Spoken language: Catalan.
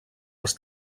els